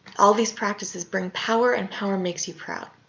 all of these practices bring power and power makes you proud.